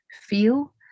feel